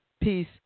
peace